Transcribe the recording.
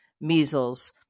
measles